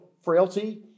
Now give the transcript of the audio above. frailty